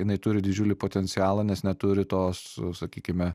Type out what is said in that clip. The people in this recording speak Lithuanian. jinai turi didžiulį potencialą nes neturi tos sakykime